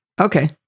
Okay